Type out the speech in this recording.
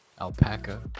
alpaca